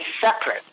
separate